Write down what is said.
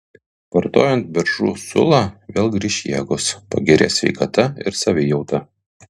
vartojant beržų sulą vėl grįš jėgos pagerės sveikata ir savijauta